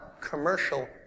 commercial